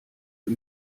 für